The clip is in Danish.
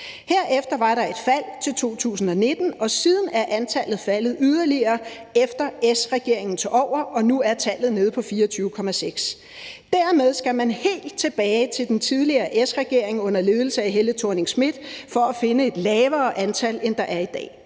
Herefter var der et fald til 2019, og siden er antallet faldet yderligere, efter S-regeringen tog over, og nu er tallet nede på 24,6. Dermed skal man helt tilbage til den tidligere S-regering under ledelse af Helle Thorning-Schmidt for at finde et lavere antal, end der er i dag.«